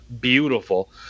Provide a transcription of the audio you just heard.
beautiful